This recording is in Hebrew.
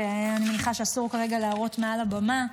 שאני מניחה שאסור כרגע להראות מעל הבמה,